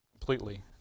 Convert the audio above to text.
completely